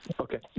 okay